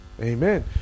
Amen